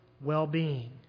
well-being